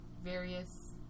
various